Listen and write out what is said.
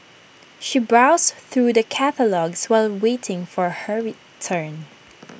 she browsed through the catalogues while waiting for her return